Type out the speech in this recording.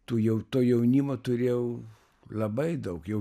tų jau to jaunimo turėjau labai daug jau